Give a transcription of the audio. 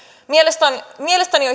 mielestäni mielestäni